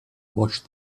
watch